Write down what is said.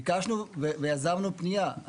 ביקשנו ויזמנו פנייה.